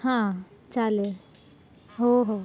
हां चालेल हो हो